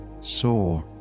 saw